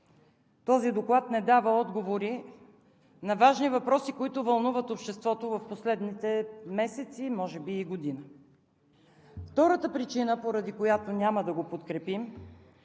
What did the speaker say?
Този доклад не дава отговори на важни въпроси, които вълнуват обществото в последните месеци, може би и година. Втората причина, поради която няма да го подкрепим,